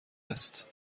است